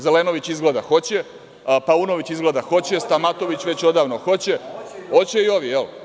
Zelenović izgleda hoće, Paunović izgleda hoće, Stamatović već odavno hoće, hoće i ovi, jel?